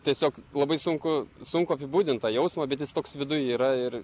tiesiog labai sunku sunku apibūdint tą jausmą bet jis toks viduj yra ir